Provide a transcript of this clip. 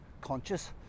conscious